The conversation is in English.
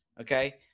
okay